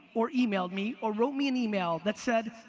or emailed me, or wrote me an email that said,